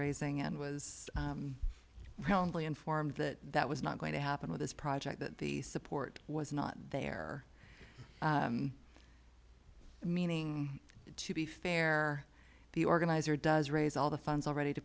raising and was wrongly informed that that was not going to happen with this project that the support was not there meaning to be fair the organizer does raise all the funds already to